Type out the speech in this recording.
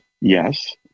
yes